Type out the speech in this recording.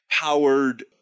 powered